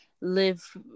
Live